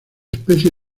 especie